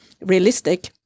realistic